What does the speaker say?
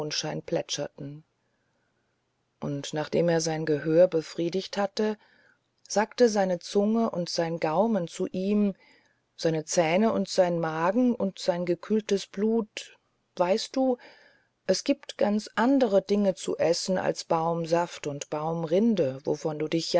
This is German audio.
mondschein plätscherten und nachdem er sein gehör befriedigt hatte sagten seine zunge und sein gaumen zu ihm seine zähne und sein magen und sein gekühltes blut weißt du es gibt ganz andere dinge zu essen als baumsaft und baumrinde wovon du dich